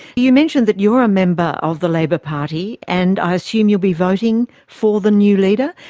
you mentioned that you are a member of the labour party, and i assume you'll be voting for the new leader.